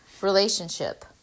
relationship